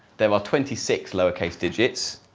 there are twenty six lowercase digits,